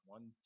One